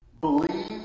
believe